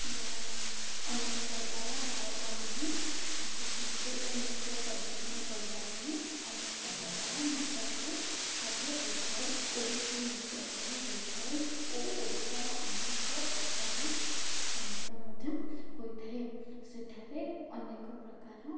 ଅନେକ ପ୍ରକାର ଗାୟକମାନେ ଆସିଥାନ୍ତି ଓ ନୃତ୍ୟ ପ୍ରଦର୍ଶନ କରିବା ପାଇଁ ଅନେକ ପ୍ରକାର ନାଟକ୍ୟ ମଧ୍ୟ ହୋଇଥାଏ ଓଡ଼ିଶୀ ନୃତ୍ୟ ମଧ୍ୟ ହୋଇଥାଏ ଓ ଓଡ଼ିଶାର ଅନେକ ପ୍ରକାର ସଙ୍ଗୀତ ମଧ୍ୟ ହୋଇଥାଏ ସେଠାରେ ଅନେକ ପ୍ରକାର